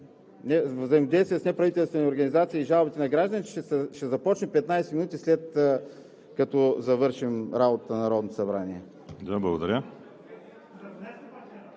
взаимодействие с неправителствените организации и жалбите на гражданите ще започне 15 минути след като завърши работата на Народното събрание.